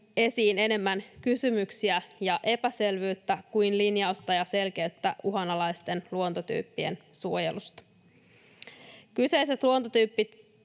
esiin enemmän kysymyksiä ja epäselvyyttä kuin linjausta ja selkeyttä uhanalaisten luontotyyppien suojelusta. Kyseiset luontotyypit